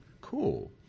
cool